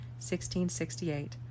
1668